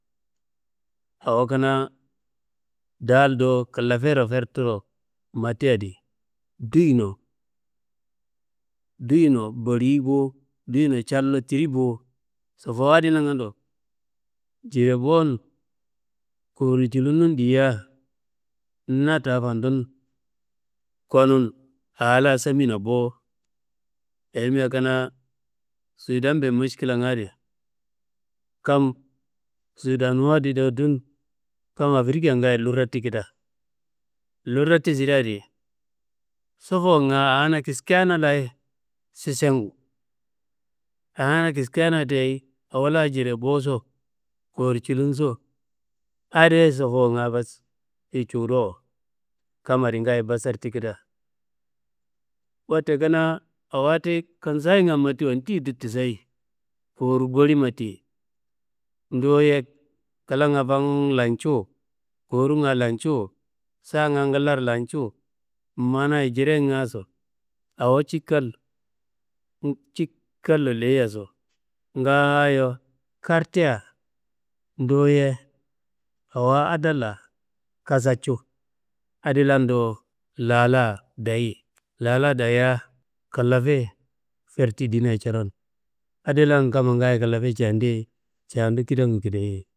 Awo kanaa daal do kIllafero ferturo matti adi, duyino duyino boliyi bo, duyino callo tiri bo. Sobowu adi nagando, jire bo- n kowuru culun nun dia na da fandun konun aa la samina bo. Ayimia kanaa sudanmbe miškilanga adi, kam sudanua di dowo dun, kam afrikiya ngaayo lurrati keda, lurrati sirea adi, sofowunga awona kiskenalayi sisengu, awona kiskena ti ayi, awo la jire boso kuwuru culumso adiye sofowunga bas ti cudowo, kamma adi ngaayo basarti keda. Wotte kanaa awo ti kensayinga mattiwa ndeyedo tisayi kuwuru boli matti, duwuye klanga fang lancuwu koruwunga lancuwu, saanga nglaro lancuwu, manaye jirengaso awo cikal cikallo leyiyaso ngaayo kartia, duwuye awo adalla kasacu, adilando lala dayi, lala dayiya killafe ferti ndinan curon, adilan kamma ngaayo killafe candi ye, candu kidangu kide ye